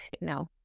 No